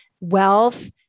wealth